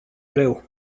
greu